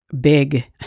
big